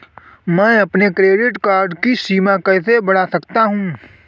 मैं अपने credit card की सीमा कैसे बढ़ा सकता हूँ?